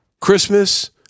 Christmas